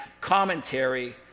commentary